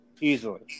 Easily